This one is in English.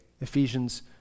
Ephesians